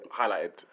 highlighted